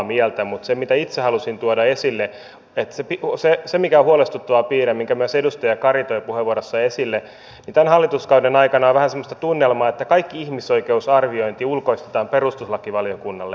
mutta mitä itse halusin tuoda esille mikä on huolestuttava piirre minkä myös edustaja kari toi puheenvuorossaan esille on se että tämän hallituskauden aikana on vähän semmoista tunnelmaa että kaikki ihmisoikeusarviointi ulkoistetaan perustuslakivaliokunnalle